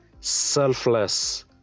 selfless